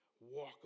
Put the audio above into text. walk